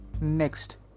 next